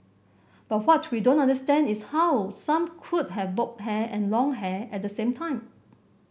but what we don't understand is how some could have bob hair and long hair at the same time